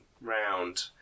round